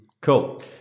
Cool